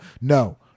no